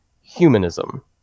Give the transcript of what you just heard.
humanism